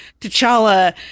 T'Challa